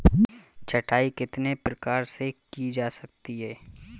छँटाई कितने प्रकार से की जा सकती है?